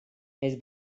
his